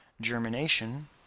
Germination